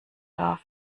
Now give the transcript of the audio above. darf